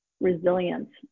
resilience